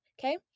okay